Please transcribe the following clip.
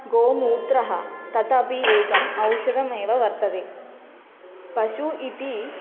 गोमूत्रं तदपि एकम् औषधमेव वर्तते पशुः इति